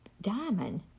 diamond